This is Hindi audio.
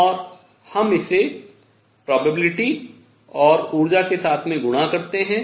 और हम इसे संभाव्यता और ऊर्जा के साथ में गुणा करते हैं